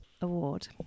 Award